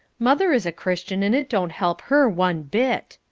mother is a christian and it don't help her one bit.